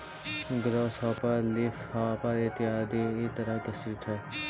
grass hopper leafhopper इत्यादि इ तरह के सीट हइ